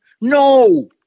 No